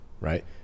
right